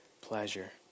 pleasure